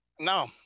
No